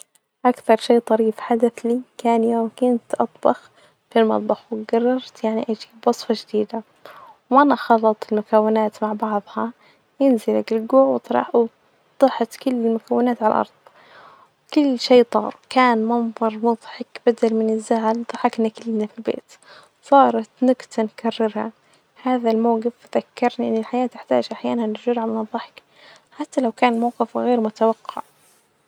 أكثر شئ طريف حدث لي كان يوم كنت أطبخ في المطبخ، وجررت إني أجيب وصفة جديدة وأنا خلطت المكونات ببعضها ينزل طاحت كل المكونات علي الأرض كل شئ طار كانت منظر مظحك بدل من الزعل ظحطنا كلنا في البيت صارت نكتة نكررها هذا الموجف ذكرني إن الحياة تحتاج أحيانا جرعة من الظحك حتي لو كان موقف غير متوقع.